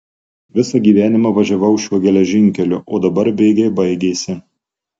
visą gyvenimą važiavau šiuo geležinkeliu o dabar bėgiai baigėsi